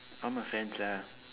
all my friends lah